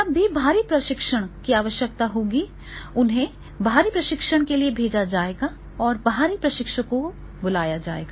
जब भी बाहरी प्रशिक्षण की आवश्यकता होगी उन्हें बाहरी प्रशिक्षण के लिए भेजा जाएगा या बाहरी प्रशिक्षकों को बुलाया जाएगा